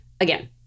again